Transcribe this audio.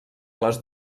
les